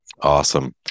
Awesome